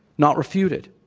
not refuted.